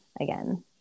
again